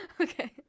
Okay